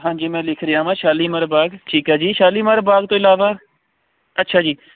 ਹਾਂਜੀ ਮੈਂ ਲਿਖ ਰਿਹਾ ਵਾਂ ਸ਼ਾਲੀਮਾਰ ਬਾਗ ਠੀਕ ਆ ਜੀ ਸ਼ਾਲੀਮਾਰ ਬਾਗ ਤੋਂ ਇਲਾਵਾ ਅੱਛਾ ਜੀ